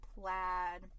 plaid